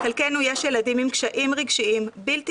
לחלקנו יש ילדים עם קשיים רגשיים בלתי